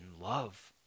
love